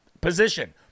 position